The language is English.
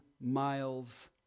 miles